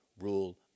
rule